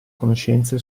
conoscenze